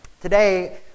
Today